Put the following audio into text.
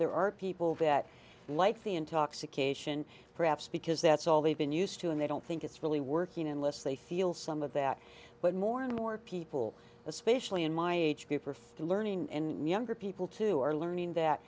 there are people that like the intoxication perhaps because that's all they've been used to and they don't think it's really working unless they feel some of that but more and more people especially in my age group are for learning and younger people too are learning that